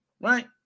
right